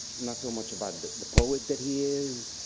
not so much about the poet that he is,